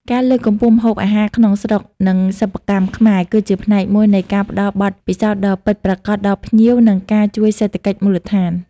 ការលើកកម្ពស់ម្ហូបអាហារក្នុងស្រុក និងសិប្បកម្មខ្មែរ គឺជាផ្នែកមួយនៃការផ្តល់បទពិសោធន៍ដ៏ពិតប្រាកដដល់ភ្ញៀវ និងការជួយសេដ្ឋកិច្ចមូលដ្ឋាន។